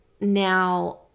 now